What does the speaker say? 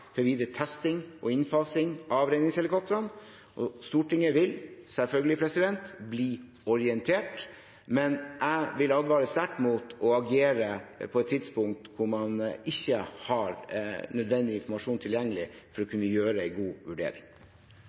selvfølgelig bli orientert, men jeg vil advare sterkt mot å agere på et tidspunkt da man ikke har nødvendig informasjon tilgjengelig for å kunne gjøre en god vurdering.